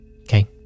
Okay